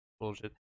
Bullshit